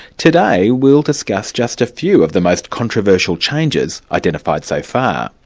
today we'll discuss just a few of the most controversial changes identified so far.